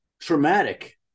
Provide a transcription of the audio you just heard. traumatic